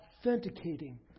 authenticating